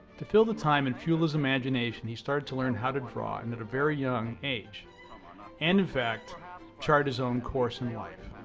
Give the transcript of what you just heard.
to fill the time and fuel his imagination he started to learn how to draw and at a very young age um um ah and in fact chart his own course in life.